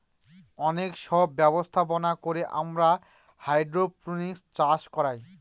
অনেক সব ব্যবস্থাপনা করে আমরা হাইড্রোপনিক্স চাষ করায়